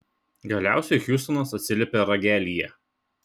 galiausiai hjustonas atsiliepė ragelyje